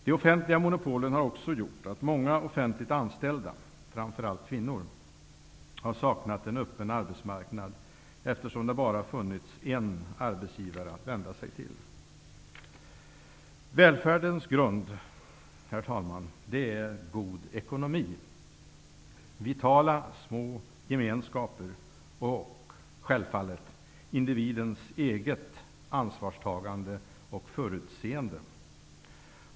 De offentliga monopolen har också gjort att många offentligt anställda, framför allt kvinnor, har saknat en öppen arbetsmarknad, eftersom det bara har funnits en arbetsgivare att vända sig till. Herr talman! Välfärdens grund är god ekonomi, vitala små gemenskaper och, självfallet, individens eget ansvarstagande och förutseende.